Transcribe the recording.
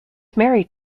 married